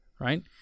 right